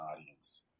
audience